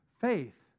faith